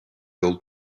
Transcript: old